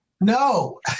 no